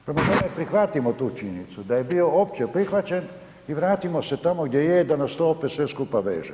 Prema tome, prihvatimo tu činjenicu da je bio opće prihvaćen i vratimo se tamo gdje je da nas to opet sve skupa veže.